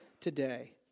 today